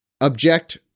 object